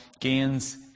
gains